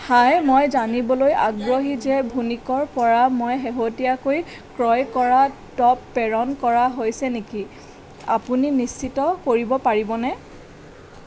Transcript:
হাই মই জানিবলৈ আগ্ৰহী যে ভুনিকৰ পৰা মই শেহতীয়াভাৱে ক্ৰয় কৰা টপ প্ৰেৰণ কৰা হৈছে নেকি আপুনি নিশ্চিত কৰিব পাৰিবনে